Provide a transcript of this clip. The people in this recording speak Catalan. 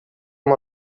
amb